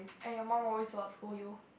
and your mum always what scold you